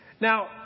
Now